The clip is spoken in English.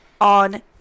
On